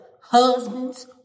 Husbands